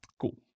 Cool